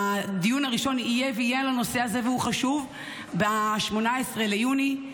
הדיון הראשון יהיה על הנושא הזה ב-18 ביוני,